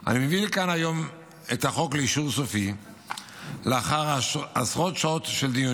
אני מביא לכאן היום את החוק לאישור סופי לאחר עשרות שעות של דיונים,